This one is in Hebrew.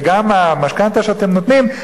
וגם המשכנתה שאתם נותנים,